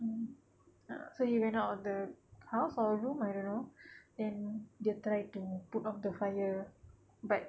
mm ah so he went out the house or room I don't know then dia try to put off the fire back